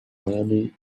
miami